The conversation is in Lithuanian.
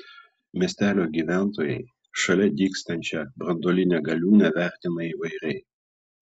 miestelio gyventojai šalia dygstančią branduolinę galiūnę vertina įvairiai